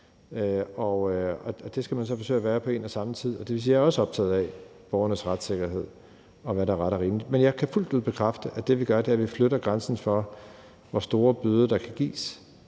det skal man så forsøge at være på en og samme tid. Det vil sige, at jeg også er optaget af borgernes retssikkerhed, og hvad der er ret og rimeligt. Men jeg kan fuldt ud bekræfte, at det, vi gør, er, at vi flytter grænsen for, hvor store bøder der kan gives,